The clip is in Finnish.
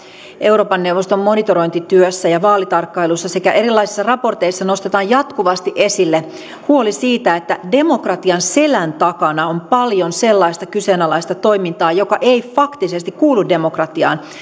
euroopan neuvoston monitorointityössä ja vaalitarkkailussa sekä erilaisissa raporteissa nostetaan jatkuvasti esille huoli siitä että demokratian selän takana on paljon sellaista kyseenalaista toimintaa joka ei faktisesti kuulu demokratiaan